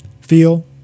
feel